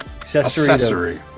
Accessory